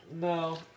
No